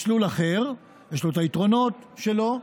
מסלול אחר, שיש לו היתרונות שלו,